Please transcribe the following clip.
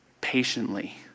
patiently